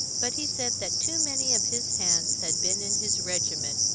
but he said that too many of his hands had been in his regiment,